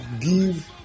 give